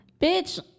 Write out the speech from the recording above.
bitch